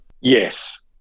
yes